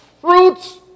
fruits